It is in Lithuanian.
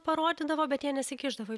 parodydavo bet jie nesikišdavo į